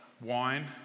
wine